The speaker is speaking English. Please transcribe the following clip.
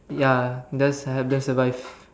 ya just help them survive